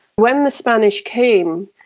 when the spanish came,